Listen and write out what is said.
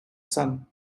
son